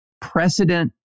precedent